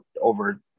over